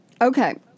Okay